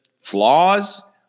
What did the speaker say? flaws